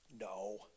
No